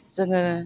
जोङो